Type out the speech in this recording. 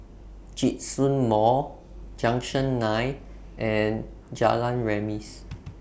Djitsun Mall Junction nine and Jalan Remis